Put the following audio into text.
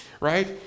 Right